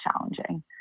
challenging